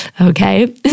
Okay